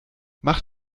mach